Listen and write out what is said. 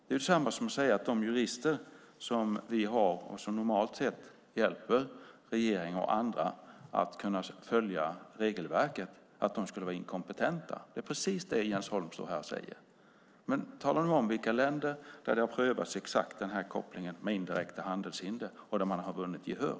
Det är detsamma som att säga att våra jurister som hjälper regeringen och andra att följa regelverket skulle vara inkompetenta. Det är precis det Jens Holm står här och säger. Tala nu om vilka länder där den exakta kopplingen med indirekta handelshinder har prövats och där man har vunnit gehör.